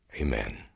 Amen